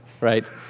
right